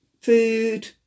food